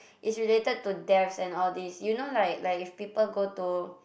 it's related to deaths and all these you know like like if people go to